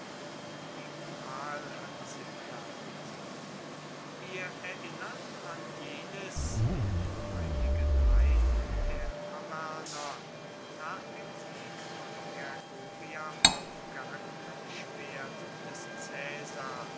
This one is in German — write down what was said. die prahlhansigkeit wir erinnern an jenes in dem heiligen hain der arverner nach dem sieg von gergovia aufgehangene schwert des